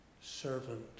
servant